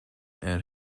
and